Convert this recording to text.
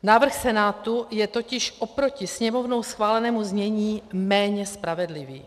Návrh Senátu je totiž oproti Sněmovnou schválenému znění méně spravedlivý.